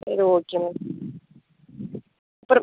சரி okay ma'am அப்புறம்